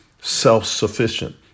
self-sufficient